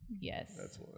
yes